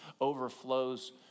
overflows